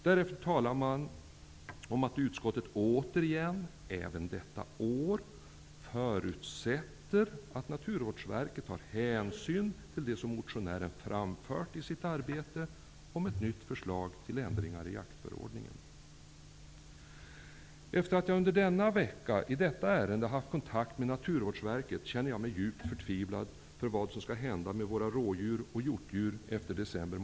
Därefter talar man om att utskottet igen -- även detta år -- förutsätter att Naturvårdsverket i sitt arbete tar hänsyn till det som motionären framfört om ett nytt förslag till ändringar i jaktförordningen. Efter att under denna vecka i detta ärende ha haft kontakt med Naturvårdsverket känner jag mig djupt förtvivlad inför vad som skall hända våra rådjur och hjortdjur efter december.